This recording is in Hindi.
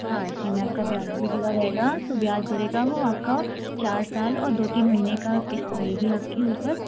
हाँ इसी में आपका ब्याज भी जुड़ा रहेगा तो ब्याज जुड़ेगा वो आपका चार साल और दो तीन महीने का किस्त रहेगी आपके ऊपर